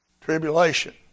tribulation